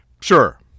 Sure